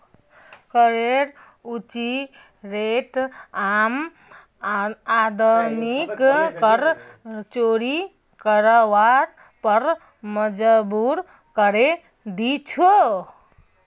करेर ऊँची रेट आम आदमीक कर चोरी करवार पर मजबूर करे दी छे